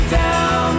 down